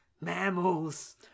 mammals